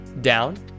down